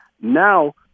Now